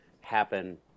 happen